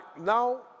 now